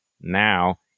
now